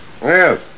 Yes